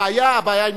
הבעיה היא משפטית.